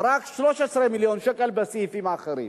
ורק 13 מיליון שקל בסעיפים האחרים.